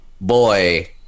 boy